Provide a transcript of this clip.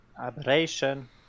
Aberration